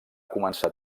començar